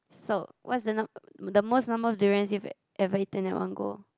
so what's the number the most number of durians you've ever eaten at one go